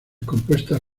compuestas